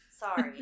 Sorry